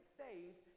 faith